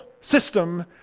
system